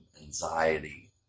anxiety